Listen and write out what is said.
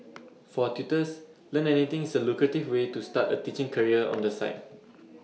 for tutors Learn Anything is A lucrative way to start A teaching career on the side